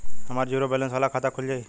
हमार zero balance वाला खाता खुल जाई?